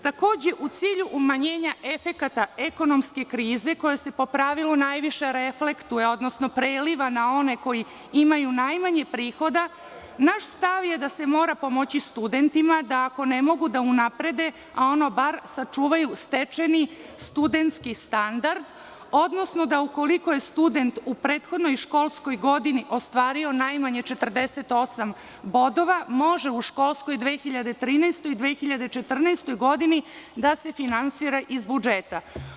Takođe, u cilju umanjenja efekata ekonomske krize koja se po pravilu najviše reflektuje, odnosno preliva na one koji imaju najmanje prihoda, naš stav je da se mora pomoći studentima da ako ne mogu da unaprede, ono bar sačuvaju stečeni studenski standard, odnosno da ukoliko je student u prethodnoj školskoj godini ostvario najmanje 48 bodova, može u školskoj 2013. - 2014. godini da se finansira iz budžeta.